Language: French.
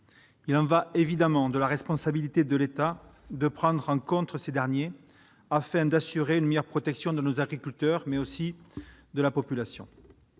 Il est évidemment de la responsabilité de l'État de prendre en compte cette situation afin d'assurer une meilleure protection de nos agriculteurs, mais aussi de la population.